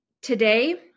today